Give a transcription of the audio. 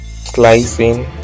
slicing